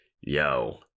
yo